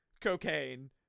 cocaine